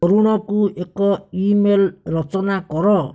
ଅରୁଣକୁ ଏକ ଇମେଲ୍ ରଚନା କର